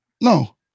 No